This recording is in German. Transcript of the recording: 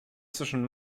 zwischen